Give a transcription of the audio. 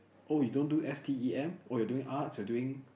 oh you don't do S_T_E_M or you are doing arts you are doing